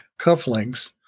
cufflinks